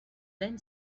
then